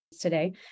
today